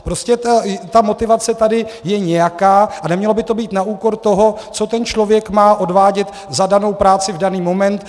Prostě ta motivace tady je nějaká a nemělo by to být na úkor toho, co ten člověk má odvádět za danou práci v daný moment.